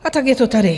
A tak je to tady.